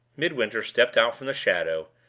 midwinter stepped out from the shadow,